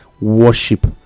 worship